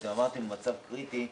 אמרתם מצב קריטי,